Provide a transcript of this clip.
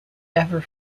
ever